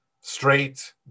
Straight